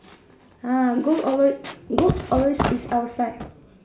ah goat always goat always is outside